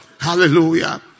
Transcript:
Hallelujah